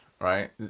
Right